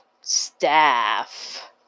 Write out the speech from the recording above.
staff